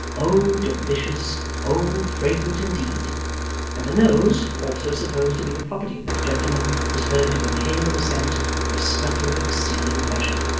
oh, delicious oh, fragrant, indeed and a nose, also supposed to be the property of that gentleman, was heard to inhale the scent with a snuffle of exceeding pleasure.